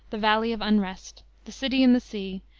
the valley of unrest, the city in the sea,